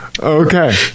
okay